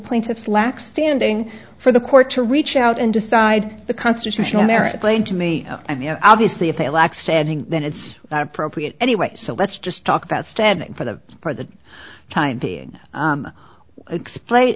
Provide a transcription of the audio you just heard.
plaintiffs lack standing for the court to reach out and decide the constitutional merit plain to me i mean obviously if they lack stedding then it's not appropriate anyway so let's just talk about standing for the for the time being explain